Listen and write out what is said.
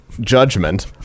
judgment